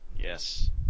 Yes